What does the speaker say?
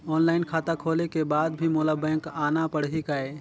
Online खाता खोले के बाद भी मोला बैंक आना पड़ही काय?